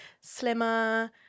slimmer